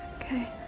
Okay